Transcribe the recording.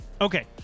Okay